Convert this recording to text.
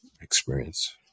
experience